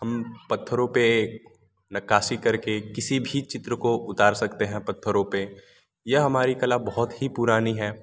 हम पत्थरों पर नक्काशी कर के किसी भी चित्र को उतार सकते हैं पत्थरों पर यह हमारी कल बहुत ही पुरानी है